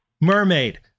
Mermaid